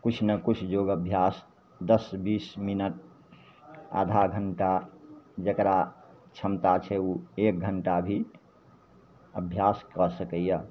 किछु ने किछु योग अभ्यास दस बीस मिनट आधा घण्टा जकरा क्षमता छै उ एक घण्टा भी अभ्यासके सकय